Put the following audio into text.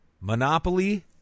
Monopoly